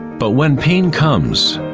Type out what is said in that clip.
but when pain comes,